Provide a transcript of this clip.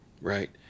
right